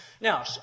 Now